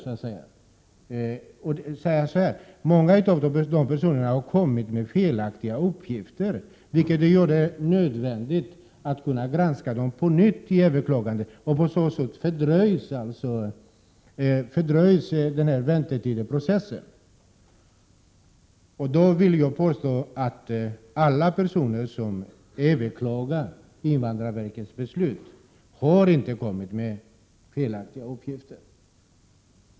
Han säger att många av de personerna har kommit med felaktiga uppgifter, vilket har gjort det nödvändigt att kunna granska dem på nytt vid överklagandet, så att behandlingen fördröjs. Då vill jag påstå att alla som överklagar invandrarverkets beslut inte har kommit med felaktiga uppgifter.